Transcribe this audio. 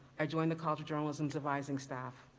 i joined the college of journalism's advising staff,